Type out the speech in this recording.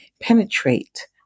penetrate